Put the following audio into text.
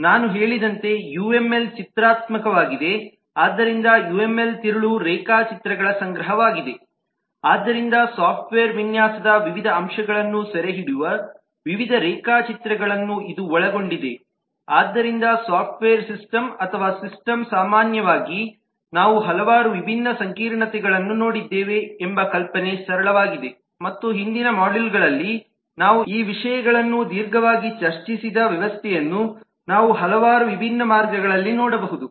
ನಾನು ಹೇಳಿದಂತೆ ಯುಎಂಎಲ್ ಚಿತ್ರಾತ್ಮಕವಾಗಿದೆ ಆದ್ದರಿಂದ ಯುಎಂಎಲ್ನ ತಿರುಳು ರೇಖಾಚಿತ್ರಗಳ ಸಂಗ್ರಹವಾಗಿದೆ ಆದ್ದರಿಂದ ಸಾಫ್ಟ್ವೇರ್ ವಿನ್ಯಾಸದ ವಿವಿಧ ಅಂಶಗಳನ್ನು ಸೆರೆಹಿಡಿಯುವ ವಿವಿಧ ರೇಖಾಚಿತ್ರಗಳನ್ನು ಇದು ಒಳಗೊಂಡಿದೆಆದ್ದರಿಂದ ಸಾಫ್ಟ್ವೇರ್ ಸಿಸ್ಟಮ್ ಅಥವಾ ಸಿಸ್ಟಮ್ ಸಾಮಾನ್ಯವಾಗಿ ನಾವು ಹಲವಾರು ವಿಭಿನ್ನ ಸಂಕೀರ್ಣತೆಗಳನ್ನು ನೋಡಿದ್ದೇವೆ ಎಂಬ ಕಲ್ಪನೆ ಸರಳವಾಗಿದೆ ಮತ್ತು ಹಿಂದಿನ ಮಾಡ್ಯೂಲ್ ಗಳಲ್ಲಿ ನಾವು ಈ ವಿಷಯಗಳನ್ನು ದೀರ್ಘವಾಗಿ ಚರ್ಚಿಸಿದ ವ್ಯವಸ್ಥೆಯನ್ನು ನಾವು ಹಲವಾರು ವಿಭಿನ್ನ ಮಾರ್ಗಗಳಲ್ಲಿ ನೋಡಬಹುದು